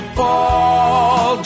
fall